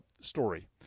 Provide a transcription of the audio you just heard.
story